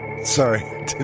Sorry